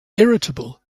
irritable